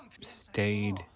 stayed